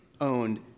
owned